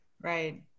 Right